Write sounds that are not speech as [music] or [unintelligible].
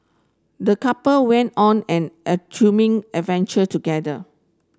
the couple went on an [unintelligible] adventure together